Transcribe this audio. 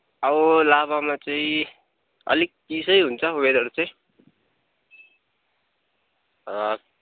अब लाभामा चाहिँ अलिक चिसै हुन्छ वेदर चाहिँ